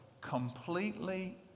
completely